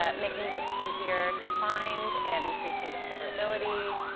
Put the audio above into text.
ah making books easier to find and increasing discoverability,